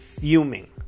fuming